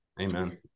Amen